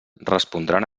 respondran